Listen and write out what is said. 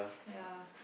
ya